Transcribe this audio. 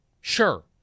Sure